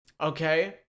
Okay